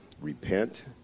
repent